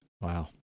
Wow